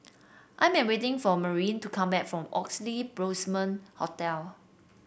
I'm waiting for Maureen to come back from Oxley Blossom Hotel